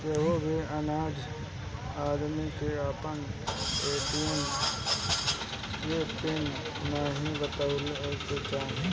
केहू भी अनजान आदमी के आपन ए.टी.एम के पिन नाइ बतावे के चाही